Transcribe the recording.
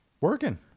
Working